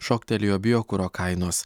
šoktelėjo biokuro kainos